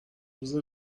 روز